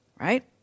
right